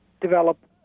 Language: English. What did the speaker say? develop